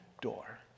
door